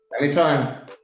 Anytime